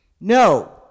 No